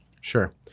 Sure